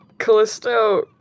Callisto